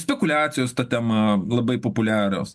spekuliacijos ta tema labai populiarios